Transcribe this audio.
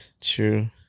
True